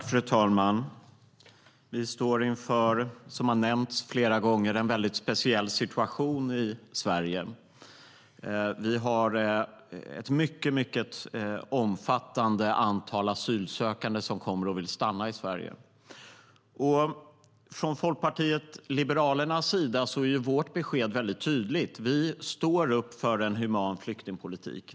Fru talman! Vi står som har nämnts flera gånger inför en väldigt speciell situation i Sverige. Vi har ett mycket omfattande antal asylsökande som kommer hit och vill stanna. Från Folkpartiet Liberalernas sida är beskedet tydligt: Vi står upp för en human flyktingpolitik.